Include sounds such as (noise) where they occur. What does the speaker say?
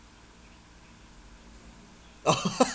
(laughs)